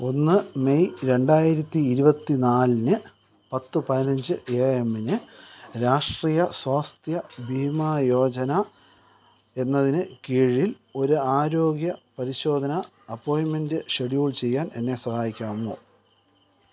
ഒന്ന് മെയ് രണ്ടായിരത്തി ഇരുപത്തി നാലിന് പത്ത് പതിനഞ്ച് എ എമ്മിന് രാഷ്ട്രീയ സ്വാസ്ഥ്യ ബീമാ യോജന എന്നതിന് കീഴിൽ ഒരു ആരോഗ്യ പരിശോധന അപ്പോയിൻറ്മെൻ്റ് ഷെഡ്യൂൾ ചെയ്യാൻ എന്നെ സഹായിക്കാമോ